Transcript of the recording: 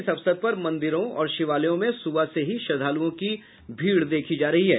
इस अवसर पर मंदिरों और शिवालयों में सुबह से ही श्रद्धालुओं की भीड़ देखी जा रही है